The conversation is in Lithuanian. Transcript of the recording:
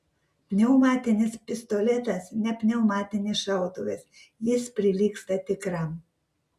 pneumatinis pistoletas ne pneumatinis šautuvas jis prilygsta tikram